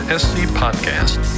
scpodcast